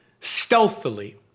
stealthily